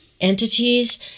entities